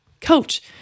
coach